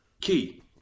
key